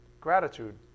Gratitude